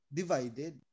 divided